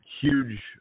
Huge